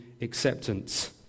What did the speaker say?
acceptance